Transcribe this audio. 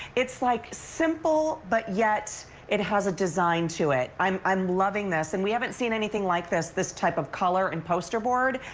it's like simple but yet it has a design to it. i'm i'm loving this and we haven't seen anything like this, this type of color and poster board,